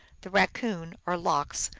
the raccoon, or lox,